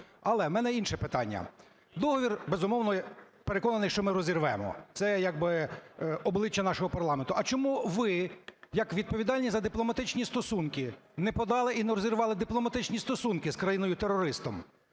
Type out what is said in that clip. Але у мене інше питання. Договір, безумовно, я переконаний, що ми розірвемо, це як би обличчя нашого парламенту. А чому ви як відповідальні за дипломатичні стосунки не подали і не розірвали дипломатичні стосунки з країною-терористом?